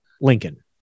Lincoln